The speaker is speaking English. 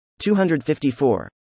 254